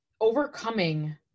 overcoming